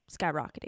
skyrocketing